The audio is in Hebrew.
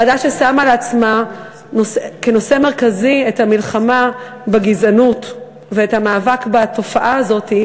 ועדה ששמה לעצמה כנושא מרכזי את המלחמה בגזענות ואת המאבק בתופעה הזאת,